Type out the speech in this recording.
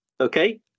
okay